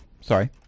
Sorry